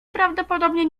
prawdopodobnie